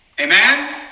Amen